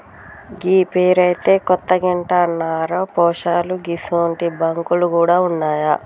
గీ పేరైతే కొత్తగింటన్నరా పోశాలూ గిసుంటి బాంకులు గూడ ఉన్నాయా